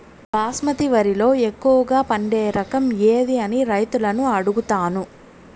బాస్మతి వరిలో ఎక్కువగా పండే రకం ఏది అని రైతులను అడుగుతాను?